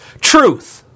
truth